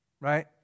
right